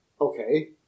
Okay